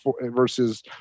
versus